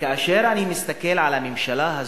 כאשר אני מסתכל על הממשלה הזאת,